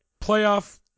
playoff